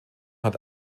hat